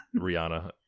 Rihanna